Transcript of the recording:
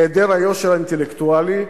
היעדר היושר האינטלקטואלי,